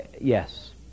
Yes